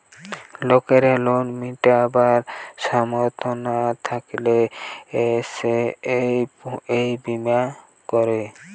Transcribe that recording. লোকের লোন মিটাবার সামর্থ না থাকলে সে এই বীমা করে